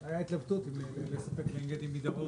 הייתה התלבטות אם לספק לעין גדי מצפון,